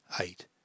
eight